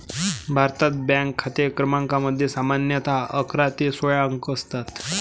भारतात, बँक खाते क्रमांकामध्ये सामान्यतः अकरा ते सोळा अंक असतात